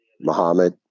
Muhammad